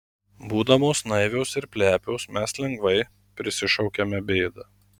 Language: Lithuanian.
būdamos naivios ir plepios mes lengvai prisišaukiame bėdą